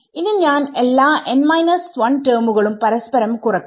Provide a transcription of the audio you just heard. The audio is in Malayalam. ഇനി ഞാൻ എല്ലാ n 1 ടെമുകളും പരസ്പരം കുറയ്ക്കും